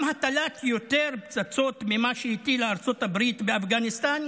גם הטלת יותר פצצות ממה שהטילה ארצות הברית באפגניסטאן,